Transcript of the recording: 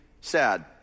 Sad